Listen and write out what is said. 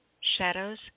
Shadows